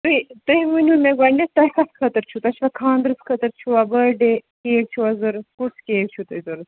تُہۍ تُہۍ ؤنِو مےٚ گۄڈٕنٮ۪تھ تۄہہِ کَتھ خٲطرٕ چھُو تۄہہِ چھُوا خانٛدرَس خٲطرٕ چھُوا بٔرڈے کیک چھُوا ضوٚرَتھ کُس کیک چھُو تۄہہِ ضوٚرَتھ